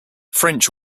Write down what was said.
french